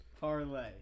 parlay